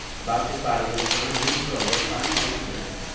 about his body was thrown a loose robe of fine white linen.